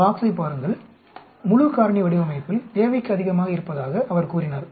Box யைப் பாருங்கள் முழு காரணி வடிவமைப்பில் தேவைக்கு அதிகமாக இருப்பதாக அவர் கூறினார்